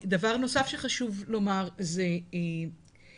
דבר נוסף שחשוב לומר, הפרסומים,